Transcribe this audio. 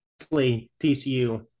TCU